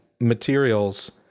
materials